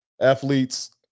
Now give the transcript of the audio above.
Athletes